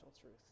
truth